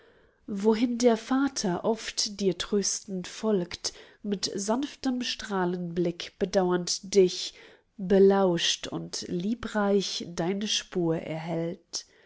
wohin der vater oft dir tröstend folgt mit sanftem strahlenblick bedauernd dich belauscht und liebreich deine spur erhellt